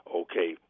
okay